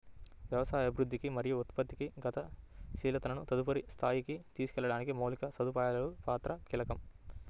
వ్యవసాయ అభివృద్ధికి మరియు ఉత్పత్తి గతిశీలతను తదుపరి స్థాయికి తీసుకెళ్లడానికి మౌలిక సదుపాయాల పాత్ర కీలకం